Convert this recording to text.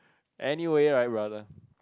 anyway right brother